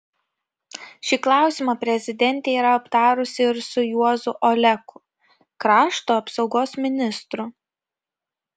šį klausimą prezidentė yra aptarusi ir su juozu oleku krašto apsaugos ministru